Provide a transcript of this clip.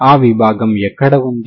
ఆ విభాగం ఎక్కడ ఉంది